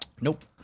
Nope